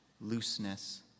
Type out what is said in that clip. Looseness